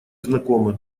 знакомы